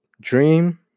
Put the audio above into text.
Dream